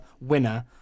winner